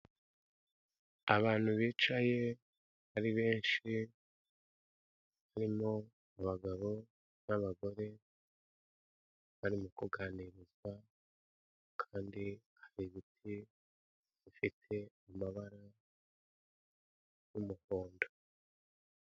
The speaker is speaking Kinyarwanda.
Abantu bicaye ari benshi harimo abagabo n'abagore barimo kuganirizwa kandi hari ibiti bifite amabara y'umuhondo.